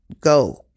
go